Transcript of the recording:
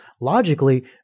Logically